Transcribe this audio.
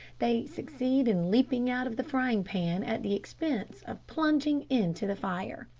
they succeed in leaping out of the frying-pan at the expense of plunging into the fire.